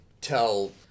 Tell